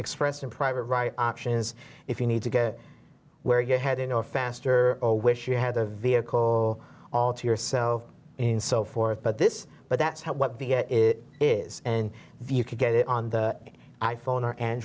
expressed in private right options if you need to get where you're headed or faster or wish you had a vehicle all to yourself and so forth but this but that's how it is and if you can get it on the i phone or and